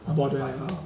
about there uh